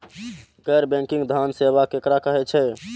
गैर बैंकिंग धान सेवा केकरा कहे छे?